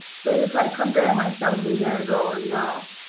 so if i compare myself a year ago and now